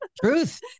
Truth